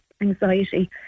anxiety